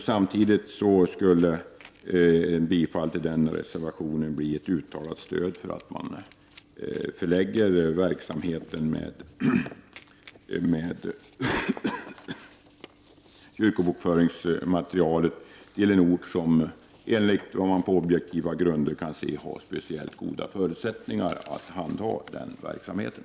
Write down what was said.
Samtidigt skulle ett bifall till den reservationen bli ett uttalat stöd för att man skall förlägga verksamheten med kyrkobokföringsmaterialet till en ort som enligt vad man på objektiva grunder kan se har speciellt goda förutsättningar att handha den verksamheten.